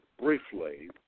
briefly